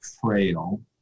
frail